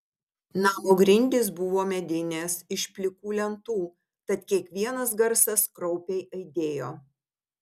namo grindys buvo medinės iš plikų lentų tad kiekvienas garsas kraupiai aidėjo